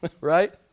right